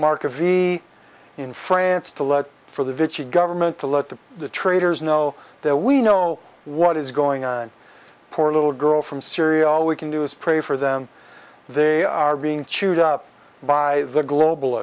mark a v in france to lead for the victory government to let the the traitors know that we know what is going on poor little girl from syria all we can do is pray for them they are being chewed up by the global